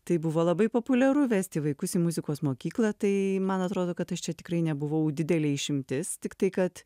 tai buvo labai populiaru vesti vaikus į muzikos mokyklą tai man atrodo kad aš čia tikrai nebuvau didelė išimtis tiktai kad